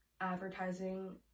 advertising